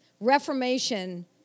Reformation